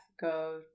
go